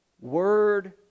Word